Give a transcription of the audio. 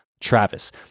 Travis